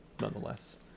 nonetheless